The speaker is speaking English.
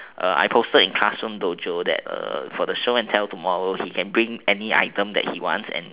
err I posted in classroom dojo that err for show and tell tomorrow he can bring any item that he wants and if